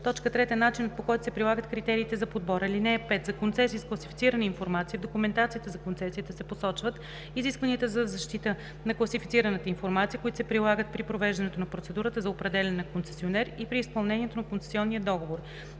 подбор; 3. начинът, по който се прилагат критериите за подбор. (5) За концесии с класифицирана информация в документацията за концесията се посочват изискванията за защита на класифицираната информация, които се прилагат при провеждането на процедурата за определяне на концесионер и при изпълнението на концесионния договор.